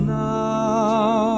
now